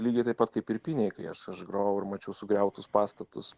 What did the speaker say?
lygiai taip pat kaip irpynėj kai aš aš grojau ir mačiau sugriautus pastatus